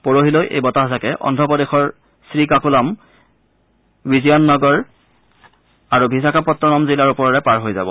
পৰহিলৈ এই বতাহজাকে অদ্ৰ প্ৰদেশৰ শ্ৰীকাকুলাম ৱিজিয়ানগৰম আৰু বিশাখাপটনম জিলাৰ ওপৰেৰে পাৰ হৈ যাব